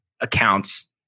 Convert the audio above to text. accounts